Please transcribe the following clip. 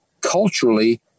culturally